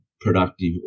productive